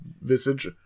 visage